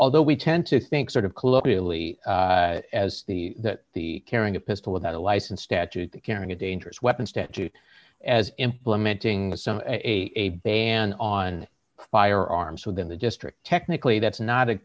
although we tend to think sort of colloquially as the that the carrying a pistol without a license statute that carrying a dangerous weapon statute as implementing a ban on firearms within the district technically that's not a